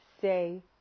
say